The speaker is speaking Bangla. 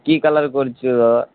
কী কালার করেছিল দাদা